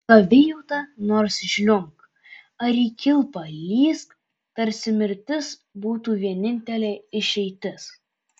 savijauta nors žliumbk ar į kilpą lįsk tarsi mirtis būtų vienintelė išeitis